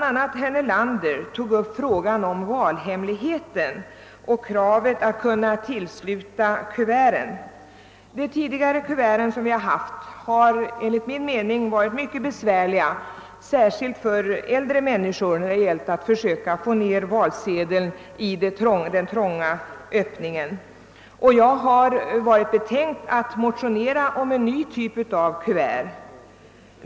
a. herr Nelander tog upp valhemligheten och kravet på att kuverten skall kunna tillslutas. De kuvert vi tidigare haft har enligt min mening varit mycket besvärliga; speciellt har det varit svårt för äldre människor att få ner valsedeln i den trånga öppningen. Jag har varit betänkt på att motionera om en ny typ av valkuvert.